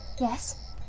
Yes